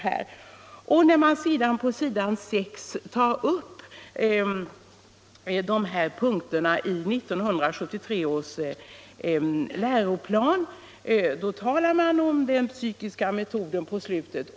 På s. 6 i betänkandet tar utskottet upp punkterna i 1973 års läroplan och nämner på slutet också psykiska metoder.